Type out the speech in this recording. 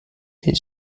est